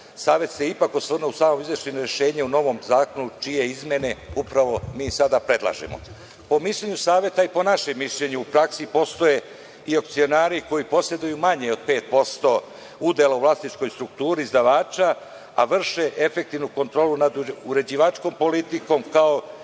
Savet se ipak osvrnuo u samom izveštaju na rešenje u novom zakonu čije izmene upravo predlažemo. Po mišljenju Saveta i po našem mišljenju, u praksi postoje opcionari koji poseduju manje od 5% udela u vlasničkoj strukturi izdavača, a vrše efektivnu kontrolu nad uređivačkom politikom kao